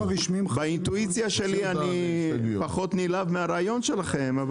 באינטואיציה שלי אני פחות נלהב מהרעיון שלכם,